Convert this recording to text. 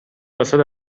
واست